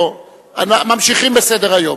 ממשיכים בסדר-היום.